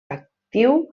actiu